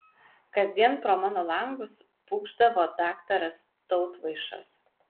kasdien pro mano langus pūkšdavo daktaras tautvaišas